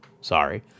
sorry